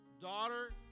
daughter